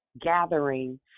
gathering